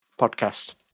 podcast